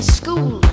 school